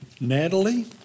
Natalie